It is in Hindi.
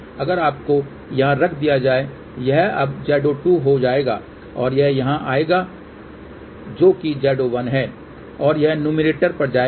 इसलिए अगर इसको यहाँ रख दिया जाये यह अब Z02 हो जाएगा और यह यहाँ आएगा जो कि Z01 है और यह नुमेरेटर पर जाएगा